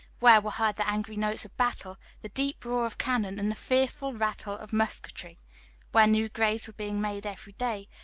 where were heard the angry notes of battle, the deep roar of cannon, and the fearful rattle of musketry where new graves were being made every day,